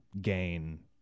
gain